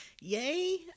yay